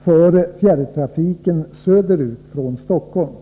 för fjärrtrafiken söderut från Stockholm.